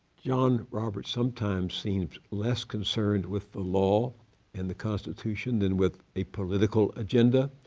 john roberts sometimes seems less concerned with the law and the constitution than with a political agenda.